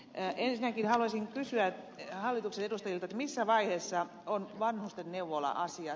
ensinnäkin haluaisin kysyä hallituksen edustajilta missä vaiheessa on vanhustenneuvola asia